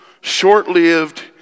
short-lived